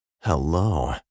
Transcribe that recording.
Hello